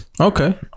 Okay